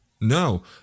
No